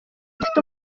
gifite